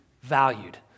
valued